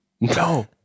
No